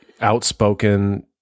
outspoken